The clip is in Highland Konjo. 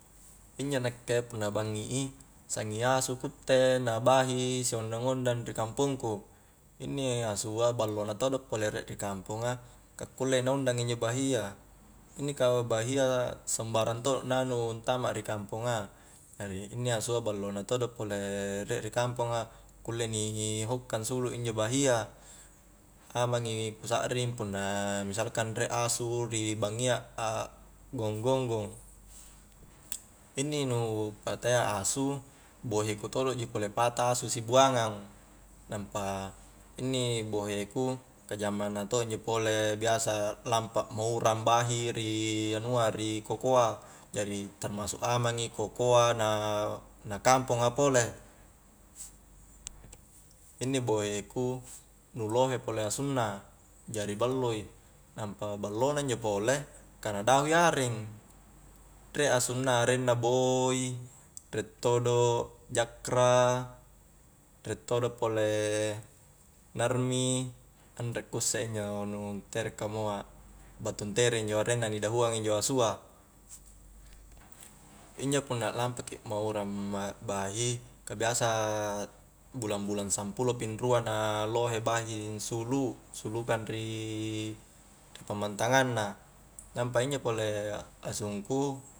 Injo nakke punna bangi'i sanging asu ku utte na bahi si ondang-ondang ri kampong ku inni asua ballo na todo' pole riek ri kamponga ka kulle na ondang injo bahia inni ka bahia sembarang to' na anu ntama ri kamponga inni asua ballo na todo' pole riek ri kamponga kulle ni hokka ansulu injo bahia amang i kusakring misalkan riek asu ri bangngia a'gong-gonggong inni nu patayya asu boheku todo ji pole pata asu sibuangang nampa inni boheku ka jamanna to' injo pole biasa lampa maurang bahi ri anua ri kokoa jari termasuk amang i kokoa na kamponga pole inni boheku nu lohe pole asunna jari ballo i nampa ballo na injo pole ka na dahui areng riek asunna areng na boy riek todo' jakra riek todo pole narmi anre ku usse injo nu ntere kamua battu ntere injo arenna ni dahuang injo asua injo punna a'lampa ki maurang bahi ka biasa bulang-bulang sampulo pi rua na lohe bahi ansulu-angsulukang ri pammantangang na nampa injo pole asungku